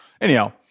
Anyhow